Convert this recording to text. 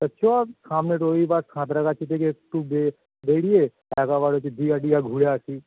তা চ সামনে রবিবার সাঁতরাগাছি থেকে একটু বে বেড়িয়ে একেবারে সে দীঘা টীঘা ঘুরে আসি